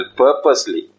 purposely